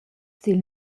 dil